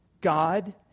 God